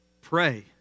pray